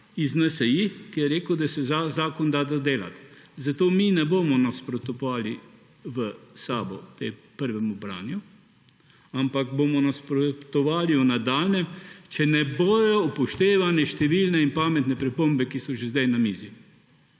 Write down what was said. iz NSi, ki je rekel, da se zakon da dodelati. Zato mi v SAB ne bomo nasprotovali temu prvemu branju, ampak bomo nasprotovali v nadaljnjem, če ne bojo upoštevali številne in pametne pripombe, ki so že zdaj na mizi.